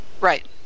Right